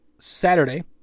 Saturday